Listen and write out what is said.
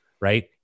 right